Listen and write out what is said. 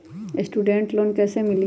Student loan कैसे मिली?